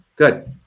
Good